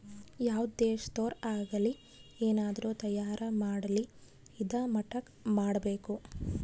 ಯಾವ್ ದೇಶದೊರ್ ಆಗಲಿ ಏನಾದ್ರೂ ತಯಾರ ಮಾಡ್ಲಿ ಇದಾ ಮಟ್ಟಕ್ ಮಾಡ್ಬೇಕು